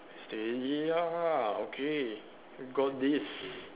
steady ah okay we got this